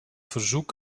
verzoek